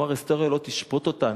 הוא אמר: ההיסטוריה לא תשפוט אותנו,